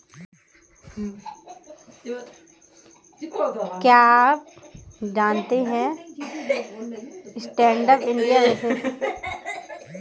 क्या आप जानते है स्टैंडअप इंडिया विशेषकर पिछड़े वर्ग और महिलाओं के लिए है?